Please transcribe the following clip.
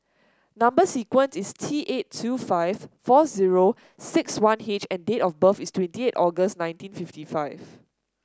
number sequence is T eight two five four zero six one H and date of birth is twenty eight August nineteen fifty five